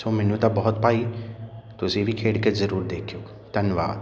ਸੋ ਮੈਨੂੰ ਤਾਂ ਬਹੁਤ ਭਾਈ ਤੁਸੀਂ ਵੀ ਖੇਡ ਕੇ ਜ਼ਰੂਰ ਦੇਖਿਓ ਧੰਨਵਾਦ